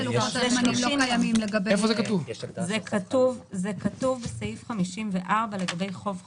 זה כתוב בסעיף 54 לגבי חוב חלוט.